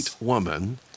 woman